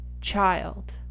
child